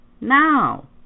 now